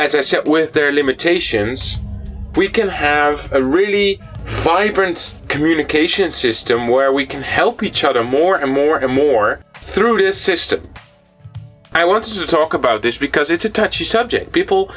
as i said with their limitations we can have a really vibrant communication system where we can help each other more and more and more through this system i want to talk about this because it's a touchy subject people